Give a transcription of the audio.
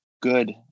good